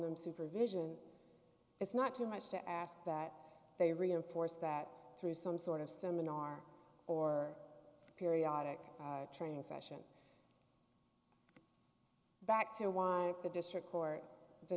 them supervision it's not too much to ask that they reinforce that through some sort of seminar or periodic training session back to why the district